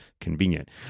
convenient